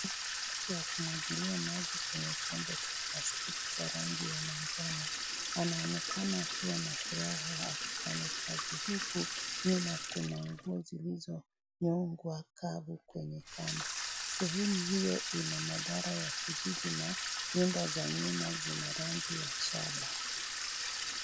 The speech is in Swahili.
Mwanamke akimwagilia maji kwenye chombo cha plastiki cha rangi ya manjano. Anaonekana akiwa na furaha akifanya kazi huku nyuma kuna nguo zilizonyongwa kavu kwenye kamba. Sehemu hio ina madhara za kijiji na nyumba za nyuma zina rangi ya shaba.